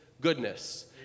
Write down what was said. goodness